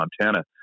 Montana